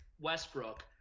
Westbrook